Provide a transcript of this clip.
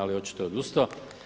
Ali očito je odustao.